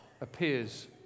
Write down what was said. appears